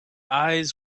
eyes